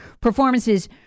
performances